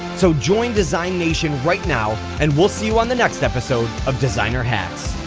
so join design nation right now and we'll see you on the next episode of designer hacks!